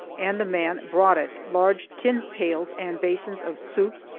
and the man brought it large tin pails and basins of soup,